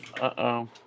Uh-oh